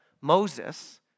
Moses